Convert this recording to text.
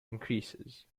increases